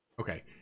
Okay